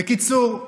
בקיצור,